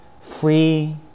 free